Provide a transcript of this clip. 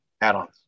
add-ons